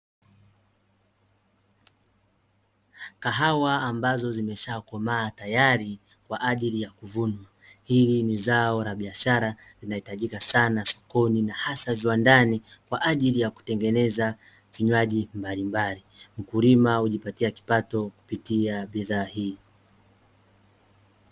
Kahawa ambazo zimesha komaa tayari kwaajili ya kuvunwa, hili ni zao la biashara linahitajika sana sokoni na hasa viwandani kwa ajili ya kutegeneza vinywaji mbalimbali, mkulima hujipatia kipato kupitia bidhaa hii.